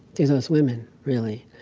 through those women, really.